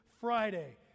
Friday